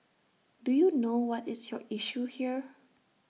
do you know what is your issue here